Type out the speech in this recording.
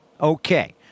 okay